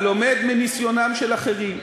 הלומד מניסיונם של אחרים,